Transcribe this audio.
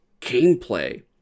gameplay